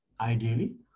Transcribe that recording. ideally